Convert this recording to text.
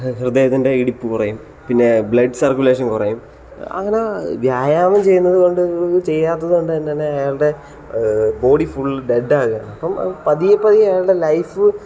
ഹൃദയത്തിൻ്റെ ഇടിപ്പ് കുറയും പിന്നെ ബ്ലഡ് സർക്കുലേഷൻ കുറയും അങ്ങനെ വ്യായാമം ചെയ്യുന്നത് കൊണ്ടും ചെയ്യാത്തത് കൊണ്ടും തന്നെയാണ് അയാളുടെ ബോഡി ഫുള്ള് ഡെഡ് ആവുകയാണ് അപ്പം പതിയെ പതിയെ അയാളുടെ ലൈഫ്